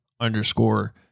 underscore